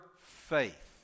faith